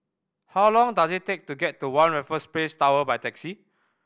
how long does it take to get to One Raffles Place Tower by taxi